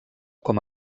com